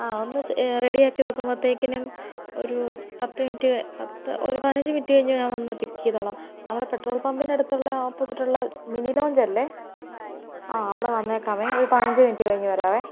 ആ ഒന്ന് സ് റെഡിയാക്കി വക്കുമ്പോഴത്തേക്കിനും ഒരു പത്തു മിനിറ്റ് പത്തു ഒരു പതിനഞ്ചു മിനിറ്റ് കഴിഞ്ഞാൽ ഞാൻ വന്ന് പിക്കെയ്തോളാം നമ്മുടെ പെട്രോൾ പമ്പിൻ്റെ അടുത്തുള്ള ഓപ്പോസിറ്റുള്ള മിനി ലോഞ്ചല്ലേ ആ അവിടെ വന്നേക്കാവേ ഒരു പതിനഞ്ച് മിനിറ്റ് കഴിഞ്ഞ് വരാവേ